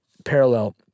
Parallel